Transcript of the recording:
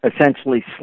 essentially